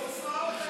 סיסמאות,